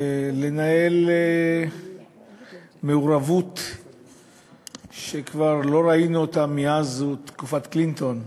לנהל מעורבות שלא ראינו מאז תקופת קלינטון,